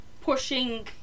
pushing